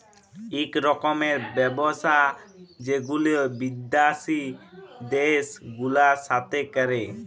ইক রকমের ব্যবসা যেগুলা বিদ্যাসি দ্যাশ গুলার সাথে ক্যরে